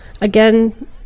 Again